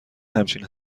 همچین